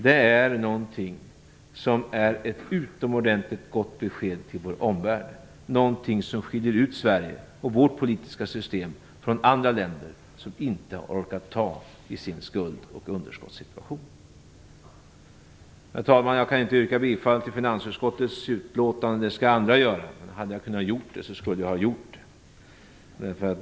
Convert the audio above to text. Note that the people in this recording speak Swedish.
Det är ett utomordentligt gott besked till vår omvärld, någonting som skiljer ut Sverige och vårt politiska system från andra länder som inte har orkat ta i sin skuld och underskottssituation. Herr talman! Jag kan inte yrka bifall till finansutskottets hemställan. Det skall andra göra. Hade jag kunnat skulle jag ha gjort det.